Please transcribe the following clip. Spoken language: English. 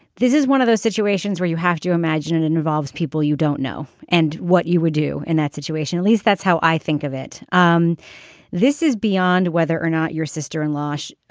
this is one of those situations where you have to imagine it involves people you don't know and what you would do in that situation least that's how i think of it. um this is beyond whether or not your sister in law. so